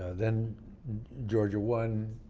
then georgia one,